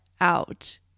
out